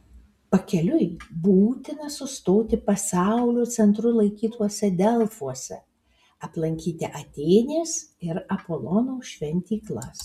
pakeliui būtina sustoti pasaulio centru laikytuose delfuose aplankyti atėnės ir apolono šventyklas